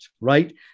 right